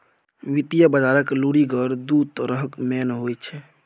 वित्तीय बजारक लुरिगर दु तरहक मेन होइ छै